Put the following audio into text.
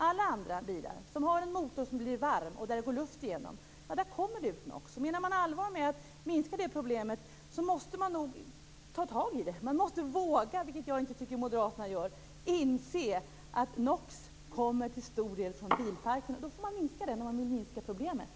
Alla andra bilar, som har motorer som blir varma och som har luftgenomströmning, släpper ut NOx. Menar man allvar med att minska det problemet, måste man nog ta tag i det. Man måste våga, vilket jag inte tycker att moderaterna gör, inse att NOx till stor del kommer från bilparken. Man får minska denna, om man vill minska problemet.